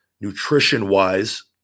nutrition-wise